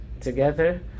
together